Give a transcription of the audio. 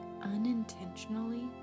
unintentionally